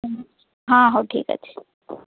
ହଁ ହଉ ଠିକ୍ ଅଛି